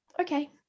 okay